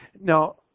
Now